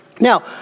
Now